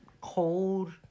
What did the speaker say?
cold